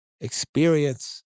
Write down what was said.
experience